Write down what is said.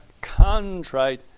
contrite